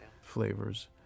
flavors